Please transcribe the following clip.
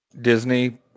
Disney